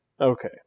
Okay